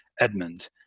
Edmund